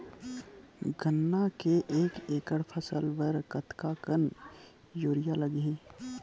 गन्ना के एक एकड़ फसल बर कतका कन यूरिया लगही?